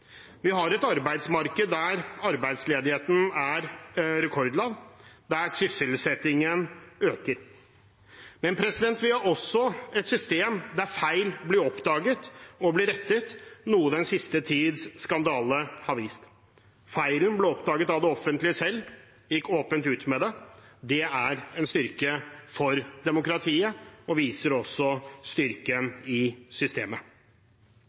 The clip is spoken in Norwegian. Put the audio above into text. Vi har et arbeidsmarked der arbeidsledigheten er rekordlav, og der sysselsettingen øker. Men vi har også et system der feil blir oppdaget og rettet, noe den siste tidens skandale har vist. Feilen ble oppdaget at det offentlige selv, og de gikk åpent ut med det. Det er en styrke for demokratiet og viser også styrken i systemet.